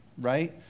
right